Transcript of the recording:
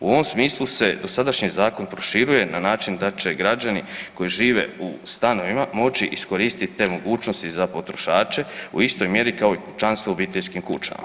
U ovom smislu se dosadašnji zakon proširuje na način da će građani koji žive u stanovima moći iskoristiti te mogućnosti za potrošače u istoj mjeri kao i kućanstvo u obiteljskim kućama.